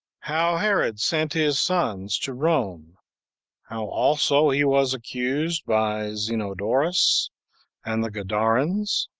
how herod sent his sons to rome how also he was accused by zenodorus and the gadarens,